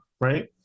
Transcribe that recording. right